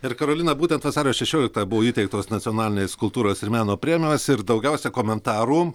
ir karolina būtent vasario šešioliktąją buvo įteiktos nacionalinės kultūros ir meno premijos ir daugiausia komentarų